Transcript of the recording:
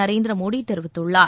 நரேந்திர மோடி தெரிவித்துள்ளார்